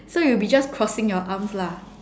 so you will be just crossing your arms lah